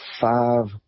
five